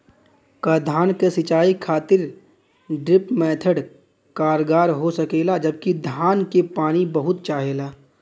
का धान क सिंचाई खातिर ड्रिप मेथड कारगर हो सकेला जबकि धान के पानी बहुत चाहेला?